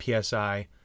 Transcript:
PSI